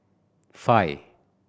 five